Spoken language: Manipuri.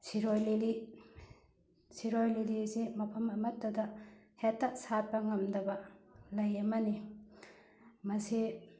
ꯁꯤꯔꯣꯏ ꯂꯤꯂꯤ ꯁꯤꯔꯣꯏ ꯂꯤꯂꯤꯁꯤ ꯃꯐꯝ ꯑꯃꯇꯗ ꯍꯦꯛꯇ ꯁꯥꯠꯄ ꯉꯝꯗꯕ ꯂꯩ ꯑꯃꯅꯤ ꯃꯁꯤ